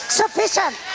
sufficient